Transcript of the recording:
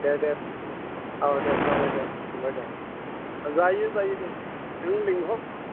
दे दे औ दे जाबाय दे दोनबाय दे जायो जायो दे नों लिंहरबानो